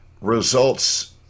results